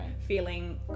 feeling